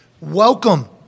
welcome